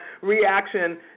reaction